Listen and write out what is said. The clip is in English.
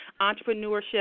entrepreneurship